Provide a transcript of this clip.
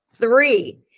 Three